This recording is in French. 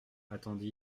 attendit